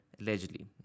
allegedly